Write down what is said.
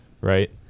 right